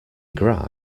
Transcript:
gras